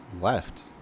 left